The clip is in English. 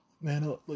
Man